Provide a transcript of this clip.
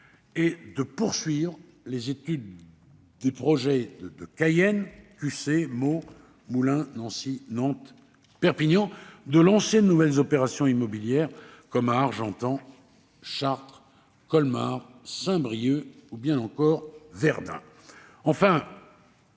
-, de poursuivre l'étude des projets de Cayenne, Cussey, Meaux, Moulins, Nancy, Nantes, Perpignan, et de lancer de nouvelles opérations immobilières comme à Argentan, Chartres, Colmar, Saint-Brieuc ou encore Verdun.